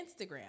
Instagram